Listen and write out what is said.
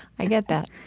i get that.